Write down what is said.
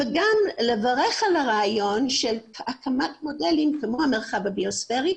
וגם לברך על הרעיון של הקמת מודלים כמו המרחב הביוספרי